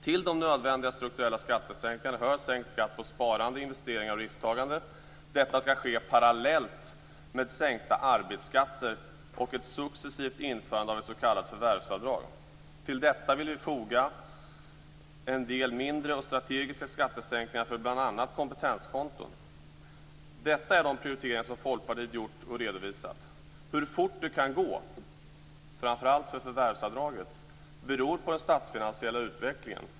Till de nödvändiga strukturella skattesänkningarna hör sänkt skatt på sparande, investeringar och risktagande. Detta skall ske parallellt med sänkta arbetsskatter och ett successivt införande av ett s.k. förvärvsavdrag. Till detta vill vi foga en del mindre och strategiska skattesänkningar för bl.a. kompetenskonton. Detta är de prioriteringar som Folkpartiet har gjort och redovisat. Hur fort det kan gå, framför allt för förvärvsavdraget, beror på den statsfinansiella utvecklingen.